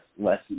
less